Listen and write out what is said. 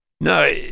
No